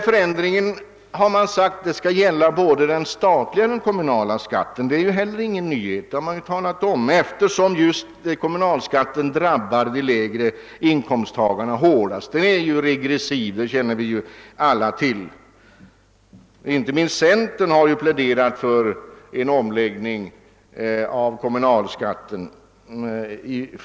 Förändringen skall gälla både den statliga och den kommunala skatten — det är heller ingen nyhet, utan det har man talat om — eftersom kommunalskatten drabbar de lägre inkomsttagarna hårdast. Den är regressiv; det känner vi alla till. Inte minst centern har ju under flera år pläderat för omläggning av kommunalskatten.